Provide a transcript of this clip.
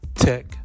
tech